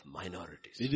minorities